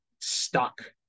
stuck